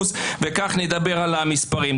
וכך נדבר על המספרים.